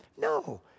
No